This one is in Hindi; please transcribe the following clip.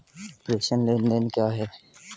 प्रेषण लेनदेन क्या है?